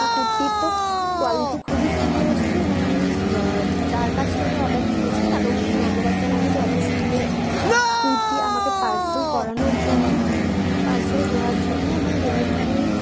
কুর্তির তো কোয়ালিটি খুবই সুন্দর এসছে এবং আমি যার কাছ থেকে অর্ডার দিয়েছি তাকেও খুব ধন্যবাদ জানাবো যে এত সুন্দর একটা কুর্তি আমাকে পার্সেল করানোর জন্য পার্সেল দেওয়ার জন্য এবং ডেলিভারি